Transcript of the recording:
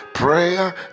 Prayer